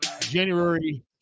January